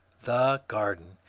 the garden!